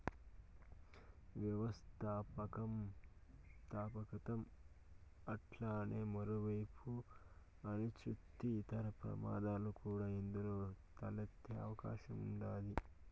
వ్యవస్థాపకతం అట్లనే మరో ఏపు అనిశ్చితి, ఇతర ప్రమాదాలు కూడా ఇందులో తలెత్తే అవకాశం ఉండాది